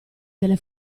delle